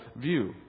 view